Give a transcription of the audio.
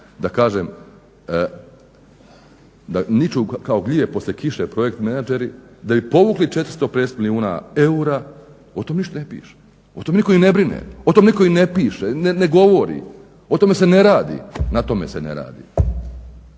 ovakvih, da niču kao gljive poslije kiše projekt menadžeri, da bi povukli 450 milijuna eura o tom ništa ne piše, o tom nitko i ne brine, o tom nitko i ne piše, ne govori, o tome se ne radi, na tome se ne radi.